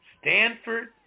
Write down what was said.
Stanford